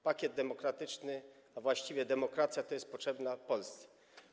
Pakiet demokratyczny, a właściwie demokracja jest potrzebna Polsce.